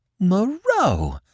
Moreau